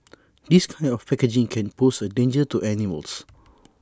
this kind of packaging can pose A danger to animals